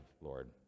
Lord